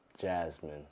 Jasmine